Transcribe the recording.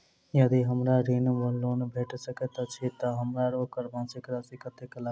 यदि हमरा ऋण वा लोन भेट सकैत अछि तऽ हमरा ओकर मासिक राशि कत्तेक लागत?